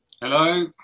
hello